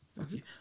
Okay